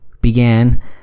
began